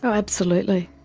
so absolutely.